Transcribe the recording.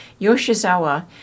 Yoshizawa